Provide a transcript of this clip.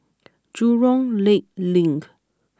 Jurong Lake Link